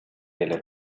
келет